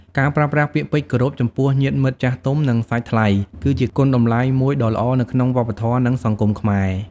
ការប្រើប្រាស់ពាក្យពេចន៍គោរពចំពោះញាតិមិត្តចាស់ទុំ និងសាច់ថ្លៃ គឺជាគុណតម្លៃមួយដ៏ល្អនៅក្នុងវប្បធម៌និងសង្គមខ្មែរ។